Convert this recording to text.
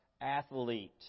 athlete